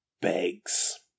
begs